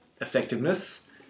effectiveness